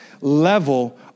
level